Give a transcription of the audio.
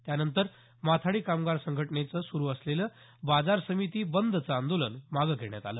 त्यांनंतर माथाडी कामगार संघटनेचं सुरू असलेलं बाजार समिती बंदचं आंदोलन मागं घेण्यात आलं